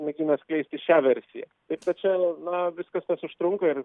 mėgina skleisti šią versiją taip kad čia na viskas tas užtrunka ir